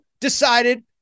decided